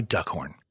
Duckhorn